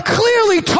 clearly